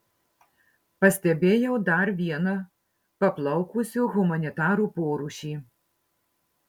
pastebėjau dar vieną paplaukusių humanitarų porūšį